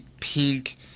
pink